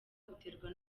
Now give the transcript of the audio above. buterwa